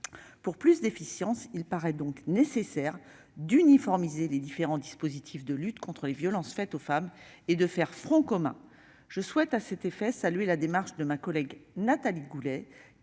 Pour davantage d'efficacité, il semble nécessaire d'uniformiser les différents dispositifs de lutte contre les violences faites aux femmes et de faire front commun. Je souhaite à cet égard saluer la démarche de ma collègue Nathalie Goulet,